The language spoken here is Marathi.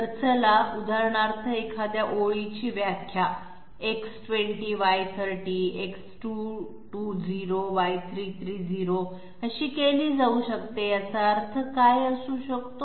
तर चला उदाहरणार्थ एखाद्या ओळीची व्याख्या X20Y30 X220Y330 अशी केली जाऊ शकते आता याचा अर्थ काय असू शकतो